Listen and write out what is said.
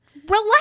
relax